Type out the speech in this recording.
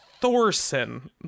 Thorson